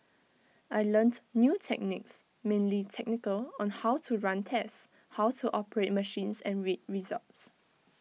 I learnt new techniques mainly technical on how to run tests how to operate machines and read results